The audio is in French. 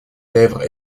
lèvres